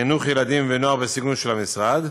חינוך ילדים ונוער בסיכון של המשרד.